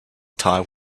tie